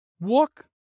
walk